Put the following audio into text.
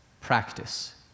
practice